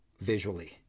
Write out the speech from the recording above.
visually